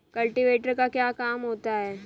Cultivator का क्या काम होता है?